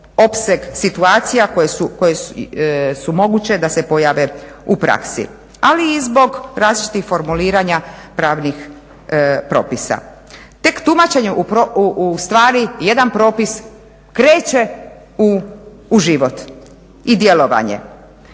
opseg situacija koje su moguće da se pojave u praksi, ali i zbog različitih formuliranja pravnih propisa. Tek tumačenje u stvari jedan propis kreće u život i djelovanje.